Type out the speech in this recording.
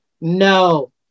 No